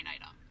item